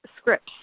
scripts